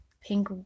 pink